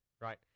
right